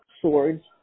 Swords